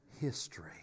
history